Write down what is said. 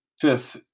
Fifth